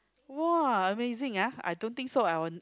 !wah! amazing ah I don't think so I want